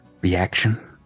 reaction